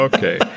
Okay